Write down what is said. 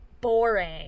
boring